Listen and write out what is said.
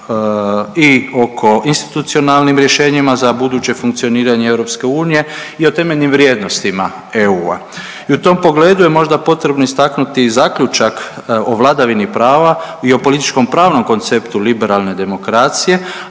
i oko institucionalnim rješenjima za buduće funkcioniranje EU i o temeljnim vrijednostima EU. I u tom pogledu je možda potrebno istaknuti i zaključak o vladavini prava i o političkom pravnom konceptu liberalne demokracije,